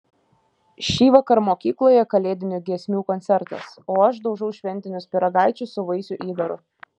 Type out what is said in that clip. šįvakar mokykloje kalėdinių giesmių koncertas o aš daužau šventinius pyragaičius su vaisių įdaru